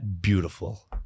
beautiful